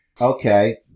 Okay